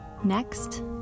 Next